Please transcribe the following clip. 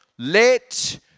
Let